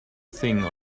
thing